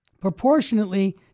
Proportionately